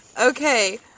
Okay